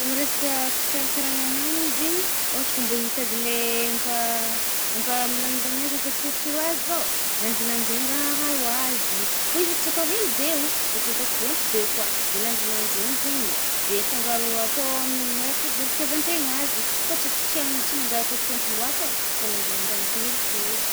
Kô miresaka fikarakaragna hanigny zaigny, ôhatra kô mbô itady le ampa- -ampilamindamigny azy ampatsirotsiro azy zao, lanjalanjegny raha aharo azy. Fô izy i tsy atô hely beo, fô tsy atao fôntry be koà. De lanjalanjegny zaigny e, de fangaro atô amigny araka zay itiàvantegna azy, fô tsy atô tsy tsy manjary atô fôntry lôtra e, fô lanjalanjegna atô helihely.